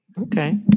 Okay